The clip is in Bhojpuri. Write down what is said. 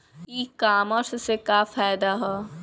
ई कामर्स से का फायदा ह?